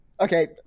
okay